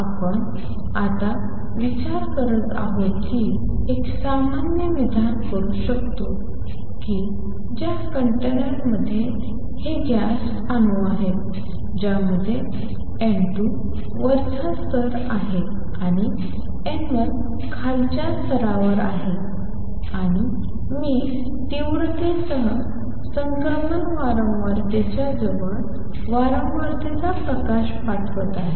आपण आता विचार करत आहोत की मी एक सामान्य विधान करू शकतो की ज्या कंटेनरमध्ये हे गॅस अणू आहेत ज्यामध्ये n 2 वरचा स्तर आहे आणि n 1 खालच्या स्तरावर आहे आणि मी तीव्रतेसह संक्रमण वारंवारतेच्या जवळ वारंवारतेचा प्रकाश पाठवत आहे